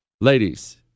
ladies